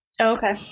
Okay